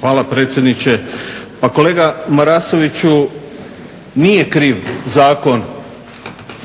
Hvala predsjedniče. Pa kolega Marasoviću, nije kriv zakon